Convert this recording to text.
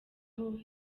aho